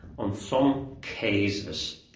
on some cases